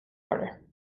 order